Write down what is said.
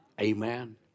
Amen